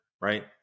right